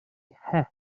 het